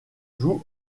joue